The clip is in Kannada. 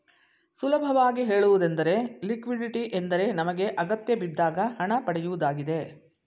ಸುಲಭವಾಗಿ ಹೇಳುವುದೆಂದರೆ ಲಿಕ್ವಿಡಿಟಿ ಎಂದರೆ ನಮಗೆ ಅಗತ್ಯಬಿದ್ದಾಗ ಹಣ ಪಡೆಯುವುದಾಗಿದೆ